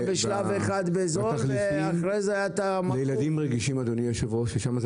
התחליפים לילדים רגישים אדוני היו"ר ששם זה